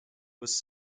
was